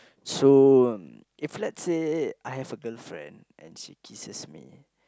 so mm if let us say I have a girlfriend and she kisses me